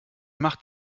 macht